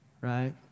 right